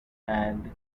and